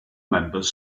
members